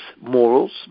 morals